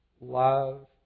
Love